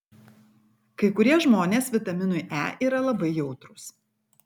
kai kurie žmonės vitaminui e yra labai jautrūs